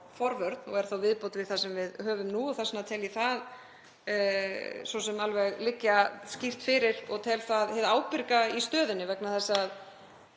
forvörn og er þá viðbót við það sem við höfum nú og þess vegna tel ég það svo sem alveg liggja skýrt fyrir. Ég tel það hið ábyrga í stöðunni vegna þess að